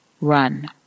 Run